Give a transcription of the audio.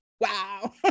wow